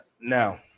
Now